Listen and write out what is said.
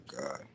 God